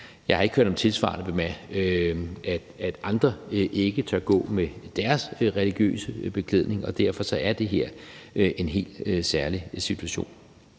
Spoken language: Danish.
Jeg har ikke hørt noget tilsvarende om, at andre ikke tør gå med deres religiøse beklædning, og derfor er det her en helt særlig situation.